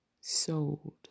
sold